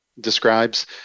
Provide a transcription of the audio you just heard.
describes